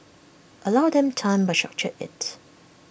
allow them time but structure IT